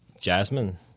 Jasmine